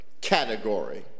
category